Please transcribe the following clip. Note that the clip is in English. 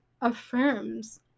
affirms